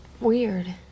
weird